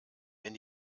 wenn